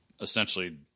essentially